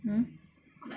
mmhmm